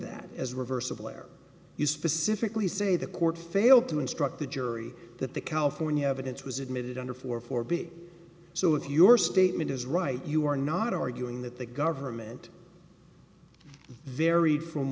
that as a reversible error you specifically say the court failed to instruct the jury that the california evidence was admitted under four four b so if your statement is right you are not arguing that the government varied from